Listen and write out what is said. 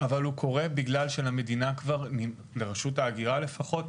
אבל הוא קורה בגלל שלמדינה, לרשות ההגירה לפחות,